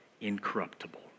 incorruptible